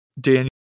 Daniel